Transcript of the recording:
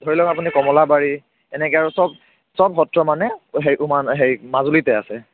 ধৰি লওক আপুনি কমলাবাৰী এনেকৈ চব চব সত্ৰ মানে হেৰি মাজুলীতে আছে